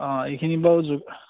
অঁ এইখিনি বাৰু যোগ